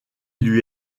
lui